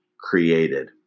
created